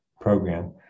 program